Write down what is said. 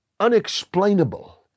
unexplainable